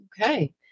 Okay